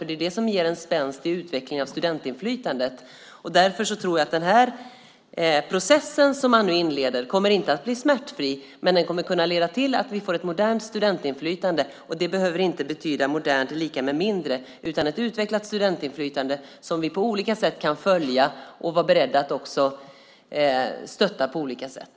Det är det som ger en spänst i utvecklingen av studentinflytandet. Jag tror inte att den process som man nu inleder kommer att bli smärtfri, men jag tror att den kommer att kunna leda till att vi får ett modernt studentinflytande. Det behöver inte betyda att modernt är lika med mindre, utan det handlar om ett utvecklat studentinflytande som vi på olika sätt kan följa och vara beredda att också stötta på olika sätt.